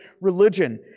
religion